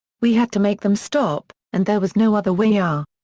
we had to make them stop, and there was no other way. yeah